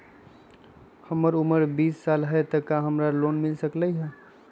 हमर उमर बीस साल हाय का हमरा लोन मिल सकली ह?